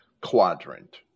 quadrant